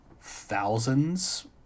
thousands